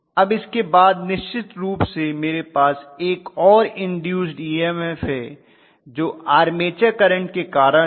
अब इसके बाद निश्चित रूप से मेरे पास एक और इन्दूस्ड ईएमएफ है जो आर्मेचर करंट के कारण है